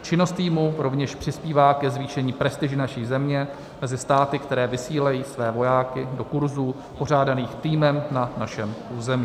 Činnost týmu rovněž přispívá ke zvýšení prestiže naší země mezi státy, které vysílají své vojáky do kurzů pořádaných týmem na našem území.